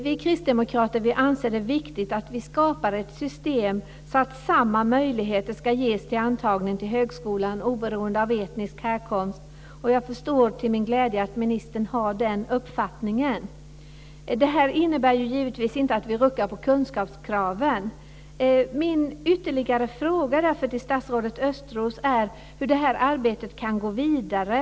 Vi kristdemokrater anser att det är viktigt att vi skapar ett system som innebär att samma möjligheter ges till antagning till högskolan oberoende av etnisk härkomst. Jag förstår till min glädje att ministern har den uppfattningen. Detta innebär givetvis inte att vi ruckar på kunskapskraven. Jag har ytterligare en fråga till statsrådet Östros om hur detta arbete kan drivas vidare.